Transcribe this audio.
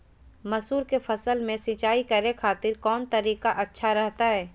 मसूर के फसल में सिंचाई करे खातिर कौन तरीका अच्छा रहतय?